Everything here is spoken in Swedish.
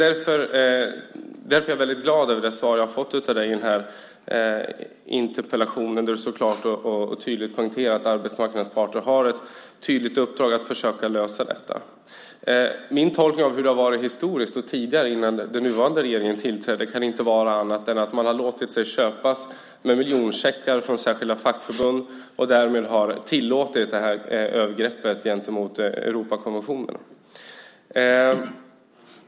Därför är jag glad över det svar som jag har fått på interpellationen av arbetsmarknadsministern, där du så klart och tydligt poängterar att arbetsmarknadens parter har ett tydligt uppdrag att försöka lösa detta. Min tolkning av hur det har varit historiskt och tidigare, innan dess att den nuvarande regeringen tillträdde, kan inte vara annan än att man har låtit sig köpas med miljoncheckar från särskilda fackförbund och därmed har tillåtit det här övergreppet gentemot Europakonventionen.